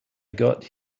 got